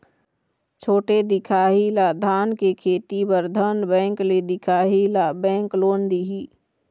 छोटे दिखाही ला धान के खेती बर धन बैंक ले दिखाही ला बैंक लोन दिही?